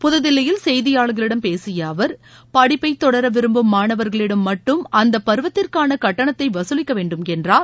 புதுதில்லியில் செய்தியாளர்களிடம் பேசிய அவர் படிப்பைத் தொடர விரும்பும் மாணவர்களிடம் மட்டும் அந்தப் பருவத்திற்கான கட்டணத்தை வசூலிக்க வேண்டும் என்றார்